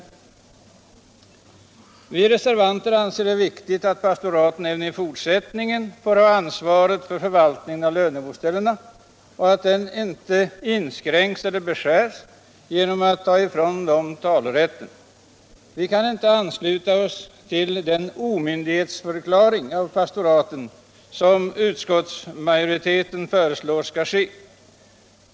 Vi reservanter anser det viktigt att pastoraten även i fortsättningen får ha ansvaret för förvaltningen av löneboställena och att detta inte inskränks eller beskärs genom att de fråntas talerätten. Vi kan inte ansluta oss till den ”omyndighetsförklaring” av pastoraten som utskottsmajoriteten föreslår skall ske.